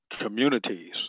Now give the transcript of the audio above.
communities